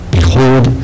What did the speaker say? Behold